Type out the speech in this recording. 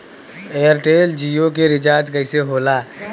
Airtel Jio के recharge कैसे होला?